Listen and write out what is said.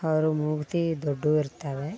ಅವ್ರ ಮೂಗುತಿ ದೊಡ್ಡವು ಇರ್ತವೆ